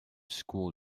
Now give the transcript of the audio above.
school